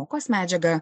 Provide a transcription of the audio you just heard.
pamokos medžiagą